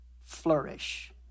flourish